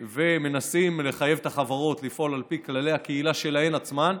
ומנסים לחייב את החברות לפעול על פי כללי הקהילה שלהן עצמן.